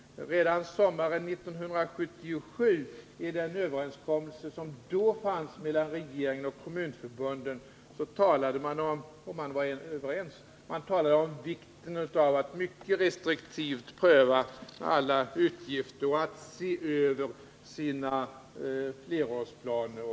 Redan sommaren 1977 talade man i den överenskommelse som fanns mellan regeringen och kommunförbunden — och man var överens — om vikten av att mycket restriktivt pröva alla utgifter och se över sina flerårsplaner.